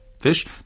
fish